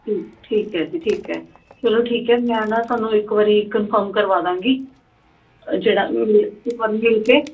ਠੀਕ ਠੀਕ ਹੈ ਜੀ ਠੀਕ ਹੈ ਚਲੋ ਠੀਕ ਹੈ ਮੈਂ ਨਾ ਤੁਹਾਨੂੰ ਇੱਕ ਵਾਰੀ ਕਨਫਰਮ ਕਰਵਾ ਦੇਵਾਂਗੀ ਜਿਹੜਾ ਇੱਕ ਵਾਰ ਮਿਲ ਕੇ